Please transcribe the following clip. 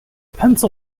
pencil